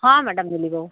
ହଁ ମ୍ୟାଡ଼ାମ୍ ମିଳିବ